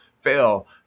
fail